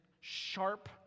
sharp